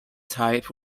type